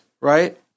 right